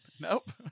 Nope